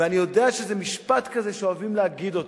ואני יודע שזה משפט כזה שאוהבים להגיד אותו,